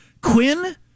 Quinn